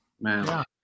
Man